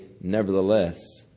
nevertheless